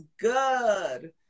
good